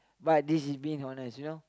but this is been honest you know